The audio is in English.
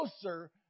closer